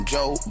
Joe